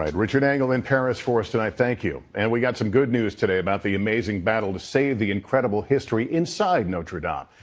um richard engel in paris for us tonight, thank you. and we got some good news today about the amazing battle to save the incredible history inside the notre dame.